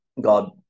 God